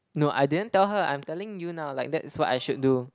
no I didn't tell her I'm telling you now like that's what I should do